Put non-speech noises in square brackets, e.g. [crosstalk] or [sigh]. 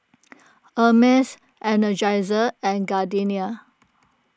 [noise] Hermes Energizer and Gardenia